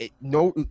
no